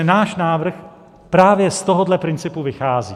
Náš návrh právě z tohohle principu vychází.